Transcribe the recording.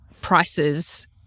prices